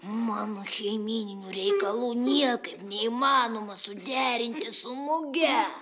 mano šeimyninių reikalų niekaip neįmanoma suderinti su muge